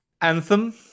Anthem